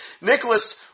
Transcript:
Nicholas